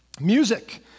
music